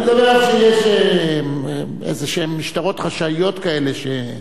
אני מדבר על זה שיש משטרות חשאיות כאלה.